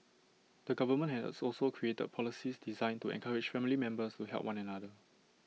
the government has also created policies designed to encourage family members to help one another